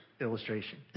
illustration